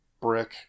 brick